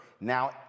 Now